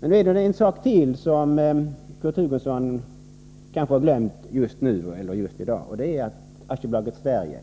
Men nu är det en sak till som Kurt Hugosson kanske har glömt i dag. Det är att AB Sverige,